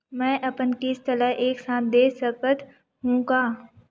मै अपन किस्त ल एक साथ दे सकत हु का?